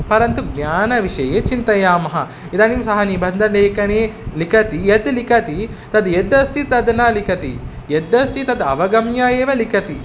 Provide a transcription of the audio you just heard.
परन्तु ज्ञानविषये चिन्तयामः इदानीं सः निबन्धलेखने लिखति यत् लिखति तद् यदस्ति तद् न लिखति यदस्ति तद् अवगम्य एव लिखति